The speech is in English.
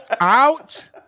Out